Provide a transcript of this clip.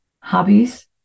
Hobbies